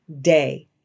day